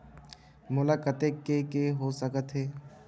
मोला कतेक के के हो सकत हे?